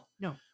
no